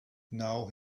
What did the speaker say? now